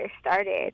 started